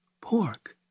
pork